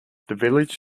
village